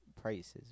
prices